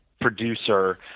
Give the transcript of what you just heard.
producer